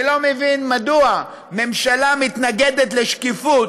אני לא מבין מדוע הממשלה מתנגדת לשקיפות